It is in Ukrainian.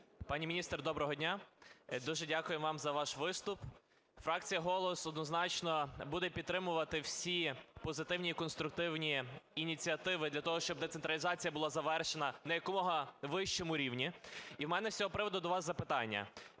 доброго дня! Дуже дякую вам за ваш виступ. Фракція "Голос" однозначно буде підтримувати всі позитивні і конструктивні ініціативи для того, щоб децентралізація була завершена на якомога вищому рівні. І у мене з цього приводу до вас запитання.